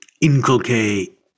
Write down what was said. inculcate